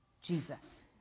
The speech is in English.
Jesus